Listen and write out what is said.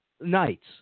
nights